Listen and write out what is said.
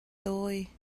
dawi